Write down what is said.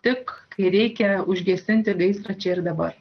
tik kai reikia užgesinti gaisrą čia ir dabar